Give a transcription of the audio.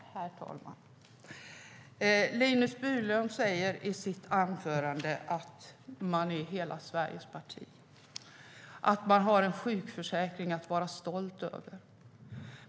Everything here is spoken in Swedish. Herr talman! Linus Bylund säger i sitt anförande att man är hela Sveriges parti, att man har en sjukförsäkring att vara stolt över.